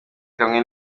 kamwe